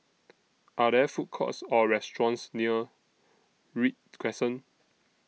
Are There Food Courts Or restaurants near Read Crescent